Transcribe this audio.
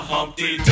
Humpty